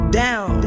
down